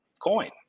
coin